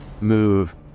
move